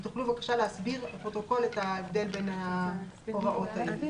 אם תוכלו בבקשה להסביר לפרוטוקול את ההבדל בין ההוראות הללו.